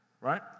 right